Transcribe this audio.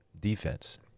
defense